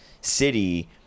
city